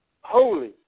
Holy